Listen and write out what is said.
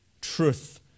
truth